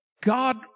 God